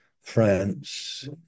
France